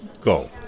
go